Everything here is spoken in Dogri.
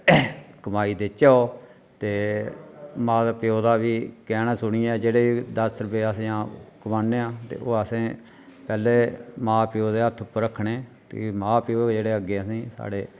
कमाई देचै ते मां प्यो् दा बी कैहना सुनियै जेह्ड़ी दस्स रपे असें कमान्ने आं ते ओह् असें पैह्लें मां प्यो दे हत्थ उप्पर रक्खने ते मां प्यो ते मां प्यो अग्गें जेह्ड़ें असें गी साढ़े